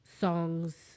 songs